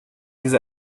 diese